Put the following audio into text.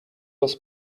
was